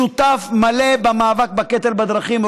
שותף מלא במאבק בקטל בדרכים,